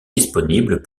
disponibles